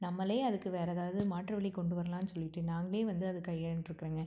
நம்மளே அதுக்கு வேறு ஏதாவது மாற்று வழி கொண்டு வரலான்னு சொல்லிட்டு நாங்களே வந்து அதை கையாண்டுருக்கறங்க